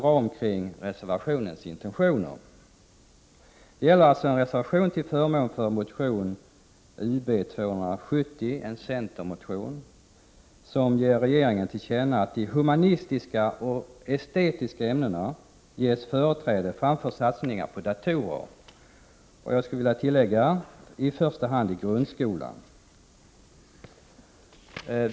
Det gäller alltså en reservation till förmån för centermotionen Ub270, som vill ge regeringen till känna att de humanistiska och estetiska ämnena ges företräde framför satsningar på datorer — i första hand i grundskolan, skulle jag vilja tillägga.